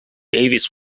davies